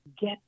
Get